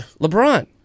LeBron